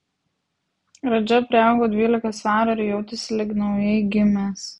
radža priaugo dvylika svarų ir jautėsi lyg naujai gimęs